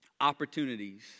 opportunities